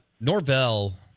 Norvell